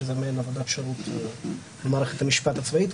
שזה מעין עבודת שירות במערכת המשפט הצבאית.